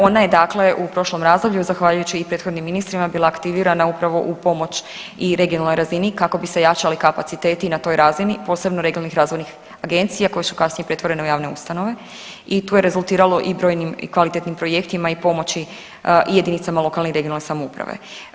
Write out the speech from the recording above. Ona je dakle u prošlom razdoblju, zahvaljujući i prethodnim ministrima bila aktivirana upravo u pomoć i regionalnoj razini kako bi se jačali kapaciteti na toj razini, posebno regionalnih razvojnih agencija koje su kasnije pretvorene u javne ustanove i to je rezultiralo i brojnim kvalitetnim projektima i pomoći i jedinicama lokalne i regionalne samouprave.